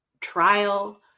trial